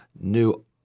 new